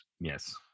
Yes